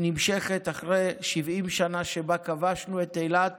שנמשכת אחרי 70 שנה שבה כבשנו את אילת